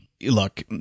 look